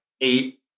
Eight